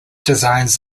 designs